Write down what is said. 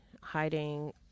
hiding